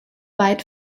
weit